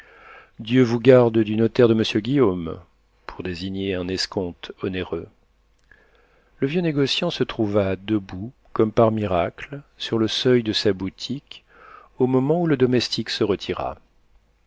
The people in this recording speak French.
dieu vous garde du notaire de monsieur guillaume pour désigner un escompte onéreux le vieux négociant se trouva debout comme par miracle sur le seuil de sa boutique au moment où le domestique se retira